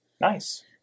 nice